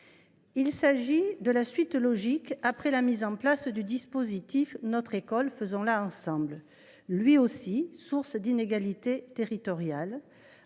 Il s’agit d’une suite logique, après la mise en place du dispositif « Notre école, faisons la ensemble », lui aussi source d’inégalités territoriales